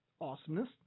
Awesomeness